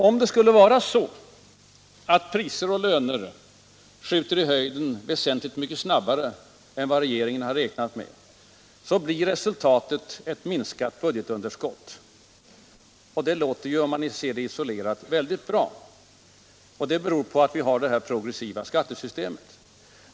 Om priser och löner skjuter i höjden väsentligt mycket snabbare än vad regeringen har räknat med, blir resultatet ett minskat budgetunderskott, beroende bl.a. på det progressiva skattesystemet och arbetsgivaravgifterna. Det låter ju, om man ser det isolerat, väldigt bra.